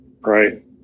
Right